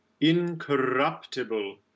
incorruptible